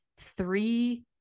three